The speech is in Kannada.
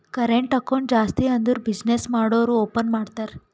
ಕರೆಂಟ್ ಅಕೌಂಟ್ ಜಾಸ್ತಿ ಅಂದುರ್ ಬಿಸಿನ್ನೆಸ್ ಮಾಡೂರು ಓಪನ್ ಮಾಡ್ತಾರ